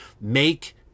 Make